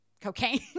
cocaine